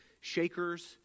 shakers